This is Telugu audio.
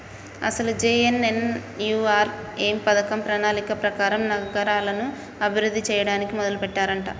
అసలు జె.ఎన్.ఎన్.యు.ఆర్.ఎం పథకం ప్రణాళిక ప్రకారం నగరాలను అభివృద్ధి చేయడానికి మొదలెట్టారంట